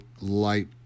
light